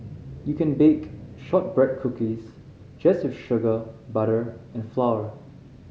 you can bake shortbread cookies just with sugar butter and flour